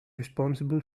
responsible